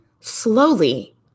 slowly